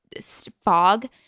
fog